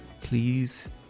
please